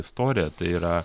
istorija tai yra